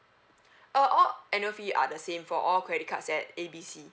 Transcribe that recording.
uh all annual fee are the same for all credit cards at A B C